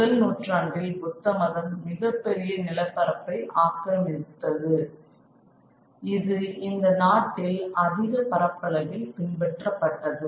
முதல் நூற்றாண்டில் புத்த மதம் மிகப்பெரிய நிலப்பரப்பை ஆக்கிரமித்தது இது இந்த நாட்டில் அதிக பரப்பளவில் பின்பற்றப்பட்டது